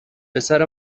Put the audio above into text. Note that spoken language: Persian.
پسر